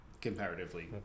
comparatively